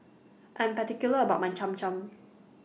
I'm particular about My Cham Cham